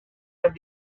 have